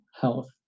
health